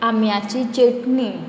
आम्याची चेटणी